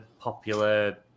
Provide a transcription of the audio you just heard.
popular